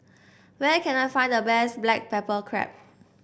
where can I find the best Black Pepper Crab